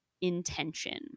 intention